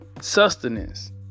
sustenance